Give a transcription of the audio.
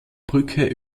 brücke